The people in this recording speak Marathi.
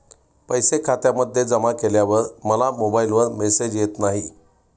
पैसे खात्यामध्ये जमा केल्यावर मला मोबाइलवर मेसेज येत नाही?